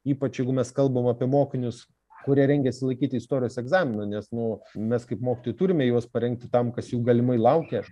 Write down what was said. ypač jeigu mes kalbam apie mokinius kurie rengiasi laikyti istorijos egzaminą nes nu mes kaip mokytojai turime juos parengti tam kas jų galimai laukia